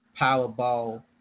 Powerball